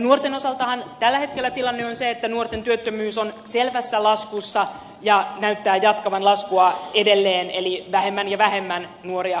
nuorten osaltahan tällä hetkellä tilanne on se että nuorten työttömyys on selvässä laskussa ja näyttää jatkavan laskua edelleen eli vähemmän ja vähemmän nuoria on työttömänä